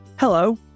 Hello